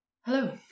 Hello